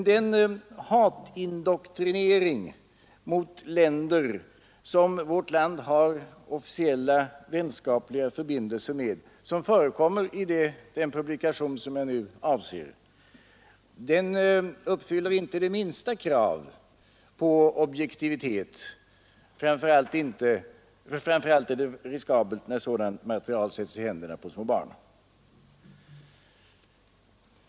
Den hatindoktrinering mot länder som vårt land har officiella vänskapliga förbindelser med som förekommer i den publikation som jag nu avser uppfyller inte det minsta krav på objektivitet, och framför allt är det riskabelt att sådant material sätts i händerna på små barn.